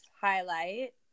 highlight